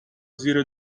زیر